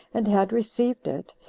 and had received it,